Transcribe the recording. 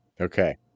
Okay